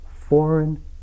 foreign